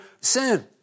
sin